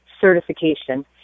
certification